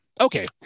okay